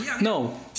No